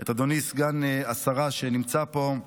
את אדוני סגן השרה שנמצא פה: